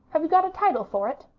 have you got a title for it?